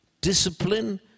discipline